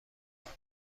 جهان